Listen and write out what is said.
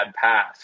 path